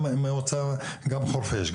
גם חורפיש,